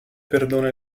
perdona